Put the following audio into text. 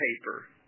paper